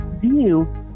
view